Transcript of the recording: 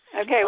Okay